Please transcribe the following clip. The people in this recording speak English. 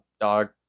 dog